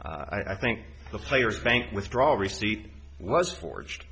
i think the players bank withdrawal receipt was forged